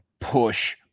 push